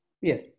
Yes